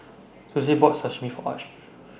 Suzette bought Sashimi For Arch